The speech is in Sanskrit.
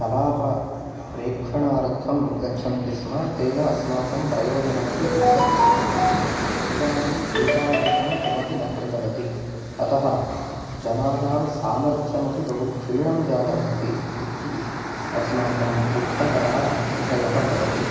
कलाप रेखणार्थं गच्छन्ति स्म तेन अस्माकं प्रयोजनम् अपि स्म इदानीं एतादृशं किमपि न प्रचलति अतः जनानां सामर्थ्यम् अपि बहुक्षीणं जातम् अस्ति इति अस्माकं दुःखकरः विषयः भवति